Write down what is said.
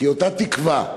כי אותה תקווה,